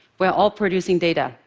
we are all producing data.